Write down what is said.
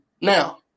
now